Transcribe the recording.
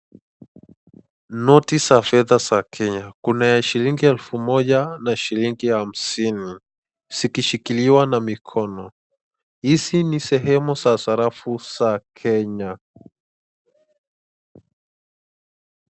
Noti za fedha za Kenya. Kuna ya shilingi elfu moja na shilingi hamsini, zikishikiliwa na mkono. Hizi ni sehemu za sarafu za Kenya.